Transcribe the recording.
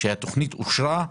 כשהתכנית אושרה,